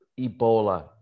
Ebola